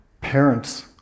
parents